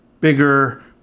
bigger